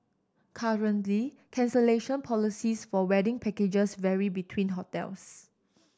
currently cancellation policies for wedding packages vary between hotels